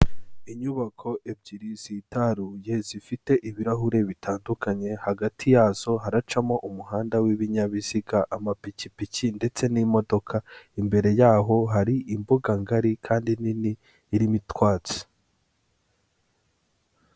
Inyubako ebyiri zitaruye zifite ibirahure bitandukanye, hagati yazo haracamo umuhanda w'ibinyabiziga, amapikipiki ndetse n'imodoka, imbere yaho hari imbuga ngari kandi nini irimo utwatsi.